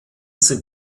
sind